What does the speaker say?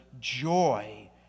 joy